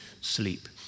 sleep